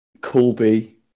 Colby